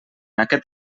aquest